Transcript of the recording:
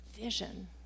vision